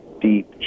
deep